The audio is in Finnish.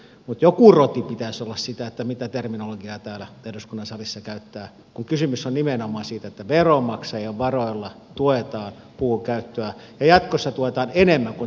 mutta joku roti pitäisi olla siinä mitä terminologiaa täällä eduskunnan salissa käyttää kun kysymys on nimenomaan siitä että veronmaksajien varoilla tuetaan puun käyttöä ja jatkossa tuetaan enemmän kuin tähän saakka